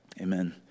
Amen